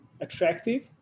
attractive